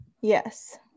Yes